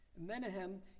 Menahem